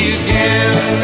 again